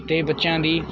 ਅਤੇ ਬੱਚਿਆਂ ਦੀ